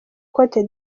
cote